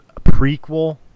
prequel